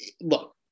look